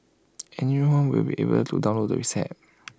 anyone will be able to download the reset